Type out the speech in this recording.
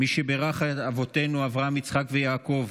"מי שבירך אבותינו אברהם, יצחק ויעקב,